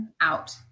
out